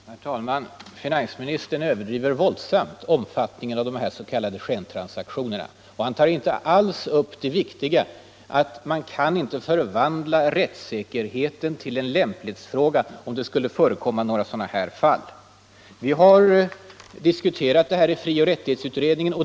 Herr talman! Finansministern överdriver våldsamt omfattningen av de här s.k. skentransaktionerna. Och han tar inte alls upp det viktiga, att man kan inte förvandla rättssäkerheten till en lämplighetsfråga. Vi har diskuterat detta i frioch rättighetsutredningen.